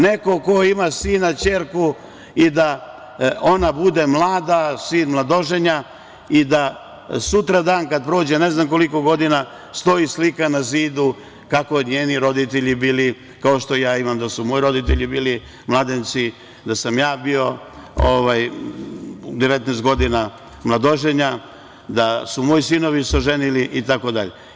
Neko ko ima sina, ćerku i da ona bude mlada, sin mladoženja i da sutradan kada prođe, ne znam koliko godina, stoji slika na zidu, kako njeni roditelji bili, kao što ja imam da su moji roditelji bili mladenci, da sam ja bio 19 godina mladoženja, da su se moji sinovi itd.